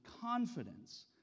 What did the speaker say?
confidence